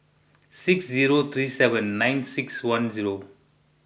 six zero three seven nine six one zero